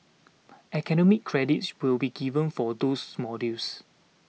academic credits will be given for those modules